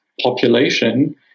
population